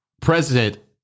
President